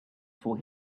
for